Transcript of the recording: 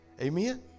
Amen